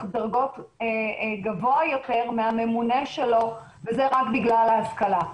דרגות גבוה יותר מהממונה שלו וזה רק בגלל ההשכלה.